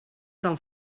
del